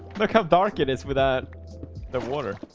look how dark it is without the water.